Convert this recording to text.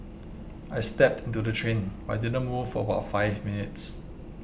I stepped to the train but it didn't move for about five minutes